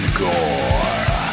gore